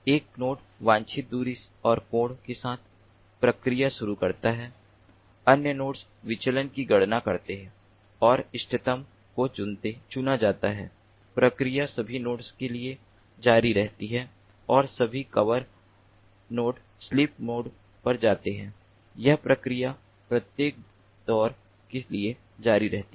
एक नोड वांछित दूरी और कोण के साथ प्रक्रिया शुरू करता है अन्य नोड्स विचलन की गणना करते हैं और इष्टतम को चुना जाता है प्रक्रिया सभी नोड्स के लिए जारी रहती है और सभी कवर नोड स्लीप मोड पर जाते हैं यह प्रक्रिया प्रत्येक दौर के लिए जारी रहती है